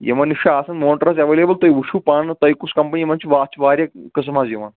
یِمن نِش چھُ آسان موٹر حظ اَیٚولیبٕل تُہۍ وُچھو پانہٕ تۄہہِ کُس کَمپٔنی منٛز چھِوا اَتھ چھِ واریاہ قٕسٕم حظ یِوان